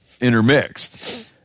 intermixed